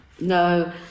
no